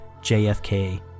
JFK